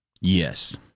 Yes